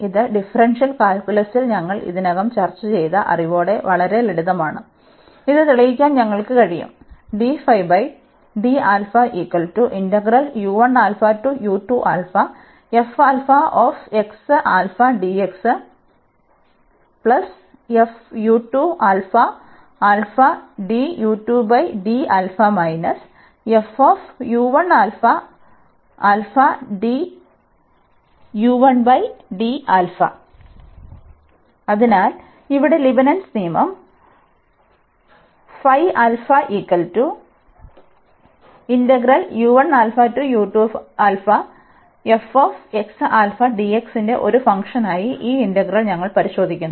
ഇത് ഡിഫറൻഷ്യൽ കാൽക്കുലസിൽ ഞങ്ങൾ ഇതിനകം ചർച്ച ചെയ്ത അറിവോടെ വളരെ ലളിതമാണ് ഇത് തെളിയിക്കാൻ ഞങ്ങൾക്ക് കഴിയും അതിനാൽ ഇവിടെ ലീബ്നിറ്റ്സ് നിയമം ആൽഫ ന്റെ ഒരു ഫംഗ്ഷനായി ഈ ഇന്റഗ്രൽ ഞങ്ങൾ പരിശോധിക്കുന്നു